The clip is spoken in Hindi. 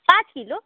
पाँच किलो